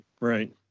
right